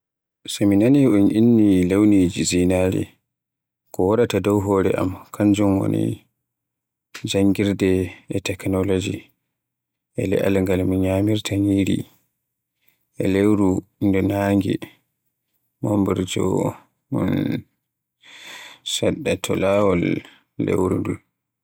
So mi nani un inni launiji zinaare, ko waraata do hore am kanjum woni Janngirde e teknolooji, e le'al ngam mi nyamirta ñyiri. E lewru nde naange mumbooje mum seɗi, ko laawol lewru nde.